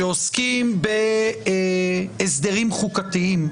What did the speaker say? כשעוסקים בהסדרים חוקתיים,